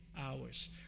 hours